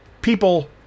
People